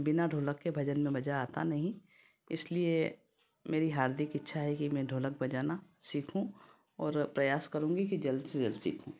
बिना ढोलक के भजन में मजा आता नहीं इसलिए मेरी हार्दिक इच्छा है कि मैं ढोलक बजाना सीखूँ और प्रयास करूँगी कि जल्दी से जल्द सीखूँ